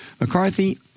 McCarthy